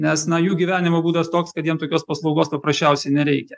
nes na jų gyvenimo būdas toks kad jiem tokios paslaugos paprasčiausiai nereikia